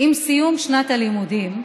עם סיום שנת הלימודים,